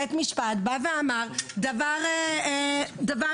בית המשפט בא ואמר דבר משמעותי.